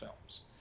films